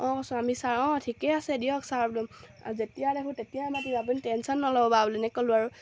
অঁ কৈছোঁ আমি ছাৰ অঁ ঠিকে আছে দিয়ক ছাৰ বোলে যেতিয়াই দেখোঁ তেতিয়াই মাতিম আপুনি টেনচন নল'ব আৰু বোলো এনেকৈ ক'লোঁ আৰু